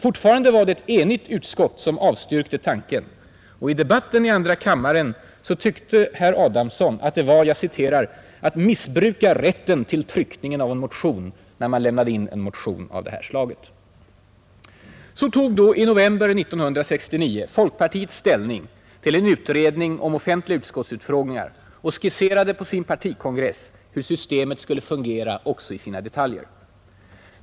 Fortfarande var det ett enigt utskott som avstyrkte tanken, och i debatten i andra kammaren tyckte herr Adamsson att det var att ”missbruka rätten till tryckningen av en motion” när man lämnade in en motion av det här slaget. Så tog då i november 1969 folkpartiet ställning till en utredning om offentliga utskottsutfrågningar och skisserade på sin partikongress hur systemet skulle fungera också i sina detaljer.